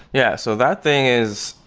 yeah, so that thing is,